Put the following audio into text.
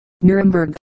Nuremberg